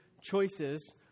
choices